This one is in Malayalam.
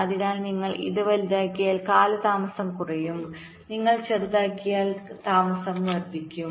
അതിനാൽ നിങ്ങൾ ഇത് വലുതാക്കിയാൽ കാലതാമസം കുറയും നിങ്ങൾ ചെറുതാക്കിയാൽ കാലതാമസം വർദ്ധിക്കും